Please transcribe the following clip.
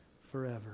forever